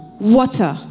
water